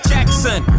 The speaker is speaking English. Jackson